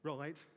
Right